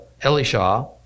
Elisha